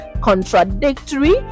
contradictory